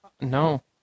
No